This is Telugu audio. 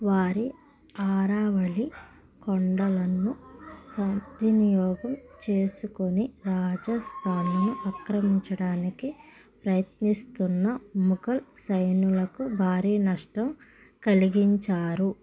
వారి అరావళి కొండలను సద్వినియోగం చేసుకుని రాజస్థాన్ని ఆక్రమించడానికి ప్రయత్నిస్తున్న ముఘల్ సైనికులకు భారీ నష్టం కలిగించారు